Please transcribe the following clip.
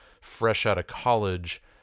fresh-out-of-college